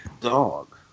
Dog